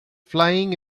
flying